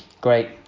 great